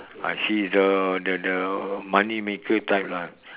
ah she is the the the money maker type lah